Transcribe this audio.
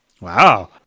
Wow